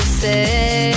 say